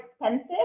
expensive